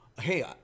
hey